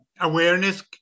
awareness